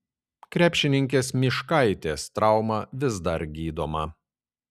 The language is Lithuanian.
krepšininkės myškaitės trauma vis dar gydoma